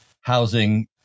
housing